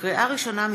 לקריאה ראשונה,